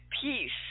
peace